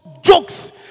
jokes